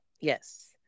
yes